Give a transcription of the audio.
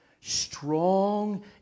strong